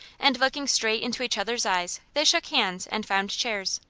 and looking straight into each other's eyes they shook hands and found chairs.